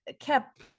kept